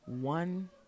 one